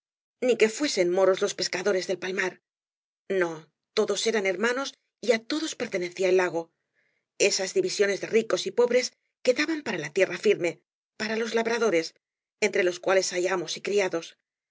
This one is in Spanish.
ni que fuesen moros los pescadores del palmar no todos eran hermanos y á todoa pertenecía el lago eaaa diviiioaea de rícoi y pobrea quedaban para la tierra firme para ios labradores eatre loa cuales hay amoa y criados